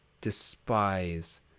despise